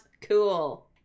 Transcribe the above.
cool